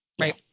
right